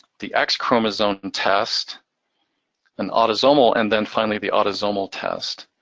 the x-chromosome and test, and autosomal, and then finally the autosomal test.